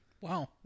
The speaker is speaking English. Wow